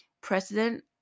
president